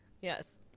Yes